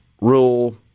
rule